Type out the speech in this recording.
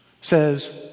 says